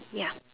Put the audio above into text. ya